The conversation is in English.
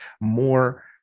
more